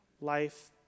life